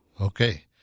Okay